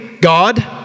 God